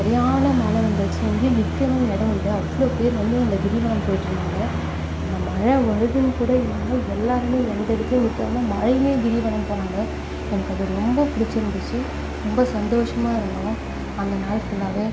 சரியான மழை வந்துருச்சு எங்கேயும் நிற்கவும் இடம் இல்லை அவ்வளோ பேர் வந்து அந்த கிரிவலம் போயிட்டுருந்தாங்க இந்த மழை வருதுன்னு கூட இல்லாமல் எல்லோருமே எந்த இடத்துலயும் நிற்காம மழையிலேயே கிரிவலம் போனாங்க எனக்கு அது ரொம்ப பிடிச்சுருந்துச்சு ரொம்ப சந்தோஷமாக இருந்தோம் அந்த நாள் ஃபுல்லாகவே